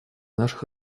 наших